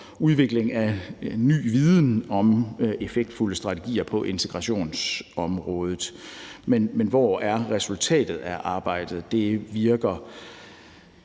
udvikling af ny viden om effektfulde strategier på integrationsområdet. Men hvor er resultatet af arbejdet? Det virker